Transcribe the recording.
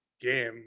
game